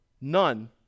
none